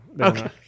Okay